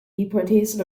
deportation